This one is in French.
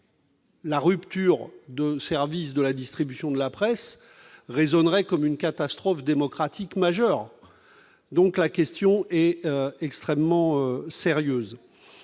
la rupture du service de la distribution de la presse résonnerait comme une catastrophe démocratique majeure. La question est donc extrêmement sérieuse.